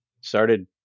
started